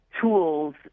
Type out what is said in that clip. tools